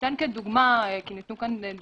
אתן כאן דוגמה למשל,